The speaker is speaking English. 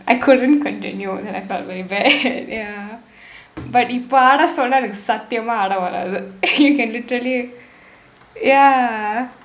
I couldn't continue then I felt very bad ya but இப்போ ஆட சொன்னா எனக்கு சத்தியமா ஆட வராது:ippoo aada sonnaa enakku saththiyamaa aada varaathu you can literally ya